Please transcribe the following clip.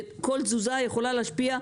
וכל תזוזה יכולה להשפיע,